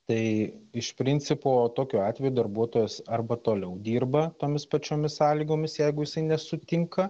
tai iš principo tokiu atveju darbuotojas arba toliau dirba tomis pačiomis sąlygomis jeigu jisai nesutinka